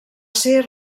ser